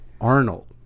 Arnold